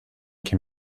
que